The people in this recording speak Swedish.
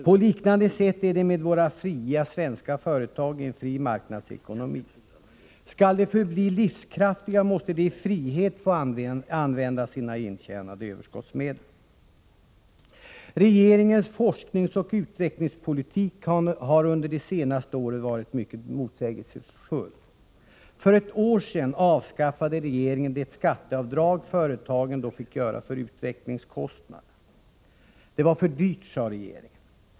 På liknande sätt är det med våra fria svenska företag i en fri marknadsekonomi. Skall de förbli livskraftiga, måste de i frihet få använda sina intjänade överskottsmedel. Regeringens forskningsoch utvecklingspolitik har under det senaste året varit mycket motsägelsefull. För ett år sedan avskaffade regeringen det skatteavdrag företagen då fick göra för utvecklingskostnader. Det var för dyrt, sade regeringen.